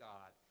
God